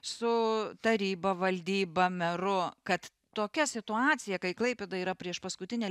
su taryba valdyba meru kad tokia situacija kai klaipėda yra priešpaskutinė